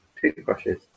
toothbrushes